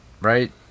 right